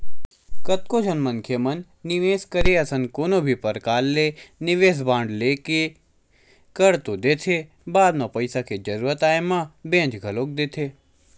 कतको झन मनखे मन निवेस करे असन कोनो भी परकार ले निवेस बांड लेके कर तो देथे बाद म पइसा के जरुरत आय म बेंच घलोक देथे